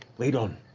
lead on.